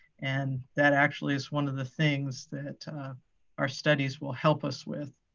and that actually is one of the things that our studies will help us with.